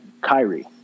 Kyrie